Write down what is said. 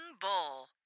Bull